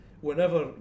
whenever